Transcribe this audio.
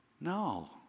No